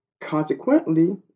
Consequently